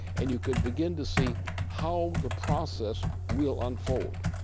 and you can begin to see how the process will unfold.